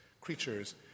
creatures